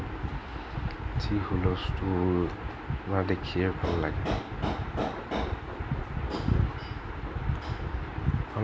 যি হুলস্থুল আমাৰ দেখিয়ে ভাল লাগে